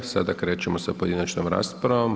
Sada krećemo sa pojedinačnom raspravom.